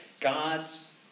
God's